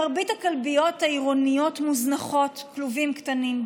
מרבית הכלביות העירוניות מוזנחות: כלובים קטנים,